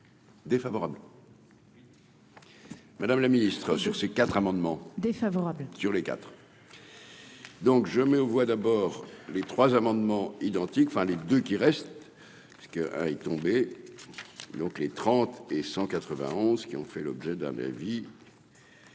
Défavorable. Oui. Madame la Ministre, sur ces quatre amendements défavorables sur les quatre. Donc je mets aux voix d'abord les trois amendements identiques, enfin les deux qui reste parce que, hein, il tomber, donc les 30 et 191 qui ont fait l'objet d'un avis.